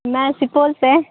میں سپول سے